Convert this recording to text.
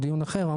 או דיון אחר,